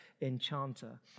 enchanter